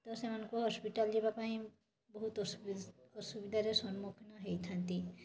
ତ ସେମାନଙ୍କୁ ହସ୍ପିଟାଲ ଯିବା ପାଇଁ ବହୁତ ଅସୁବିଧାରେ ସମ୍ମୁଖୀନ ହୋଇଥାନ୍ତି